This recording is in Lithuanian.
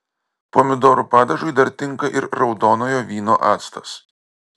pomidorų padažui dar tinka ir raudonojo vyno actas